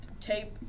tape